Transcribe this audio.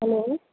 hello